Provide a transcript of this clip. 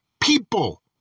people